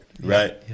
right